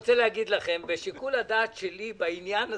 אני רוצה להגיד לכם שבשיקול הדעת שלי בעניין הזה,